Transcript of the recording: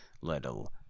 little